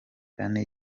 ane